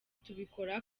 tubikora